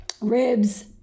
ribs